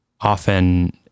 often